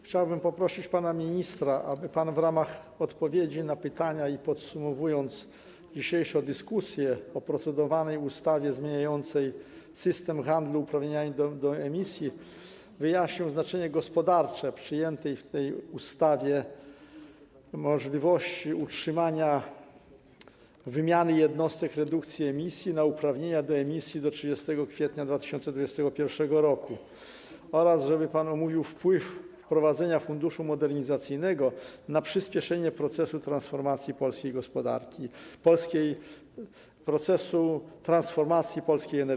Chciałbym poprosić pana ministra, aby pan w ramach odpowiedzi na pytania i podsumowania dzisiejszej dyskusji o procedowanej ustawie zmieniającej system handlu uprawnieniami do emisji wyjaśnił znaczenie gospodarcze przyjętej w tej ustawie możliwości utrzymania wymiany jednostek redukcji emisji na uprawnienia do emisji do 30 kwietnia 2021 r. oraz żeby pan omówił wpływ wprowadzenia Funduszu Modernizacyjnego na przyspieszenie procesu transformacji polskiej energetyki.